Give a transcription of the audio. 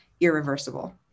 irreversible